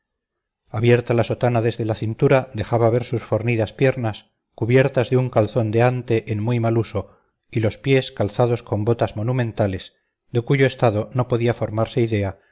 abierta la sotana desde la cintura dejaba ver sus fornidas piernas cubiertas de un calzón de ante en muy mal uso y los pies calzados con botas monumentales de cuyo estado no podía formarse idea